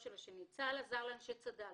עם נסיגתו של צה"ל מלבנון לא נשארה לאנשי צד"ל,